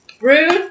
rude